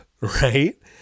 right